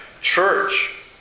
church